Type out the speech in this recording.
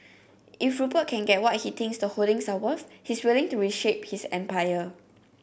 if Rupert can get what he thinks the holdings are worth he's willing to reshape his empire